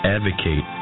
Advocate